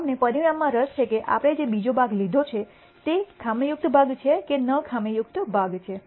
અમને પરિણામમાં રસ છે કે આપણે જે બીજો ભાગ લીધો છે તે તે ખામીયુક્ત ભાગ છે કે ન ખામીયુક્ત ભાગ છે